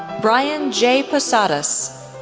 brian j. posadas,